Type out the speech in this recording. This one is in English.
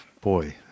Boy